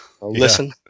Listen